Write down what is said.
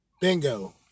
Bingo